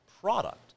product